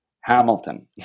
Hamilton